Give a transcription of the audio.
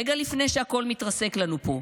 רגע לפני שהכול מתרסק לנו פה,